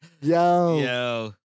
Yo